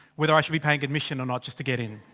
whether i should be paying admission or not, just to get in.